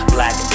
Black